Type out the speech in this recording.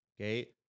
Okay